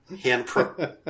hand-pro